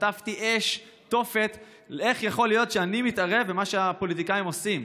חטפתי אש תופת: איך יכול להיות שאני מתערב במה שהפוליטיקאים עושים.